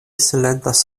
silentas